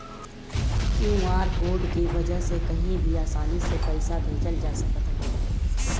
QR code के वजह से कही भी आसानी से पईसा भेजल जा सकत हवे